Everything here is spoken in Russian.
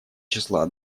числа